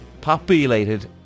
populated